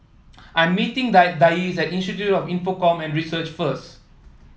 I'm meeting die Dayse at Institute of Infocomm Research first